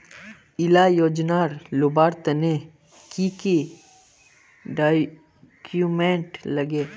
इला योजनार लुबार तने की की डॉक्यूमेंट लगे?